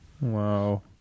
Wow